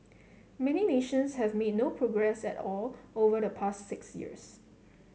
many nations have made no progress at all over the past six years